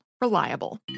reliable